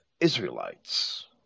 Israelites